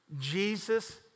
Jesus